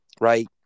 right